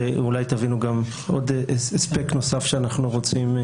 ואולי תבינו גם עוד אספקט נוסף שאנחנו רוצים.